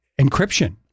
encryption